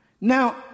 Now